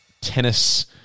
tennis